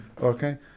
Okay